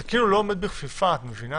זה כאילו לא עומד בכפיפה, את מבינה?